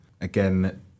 again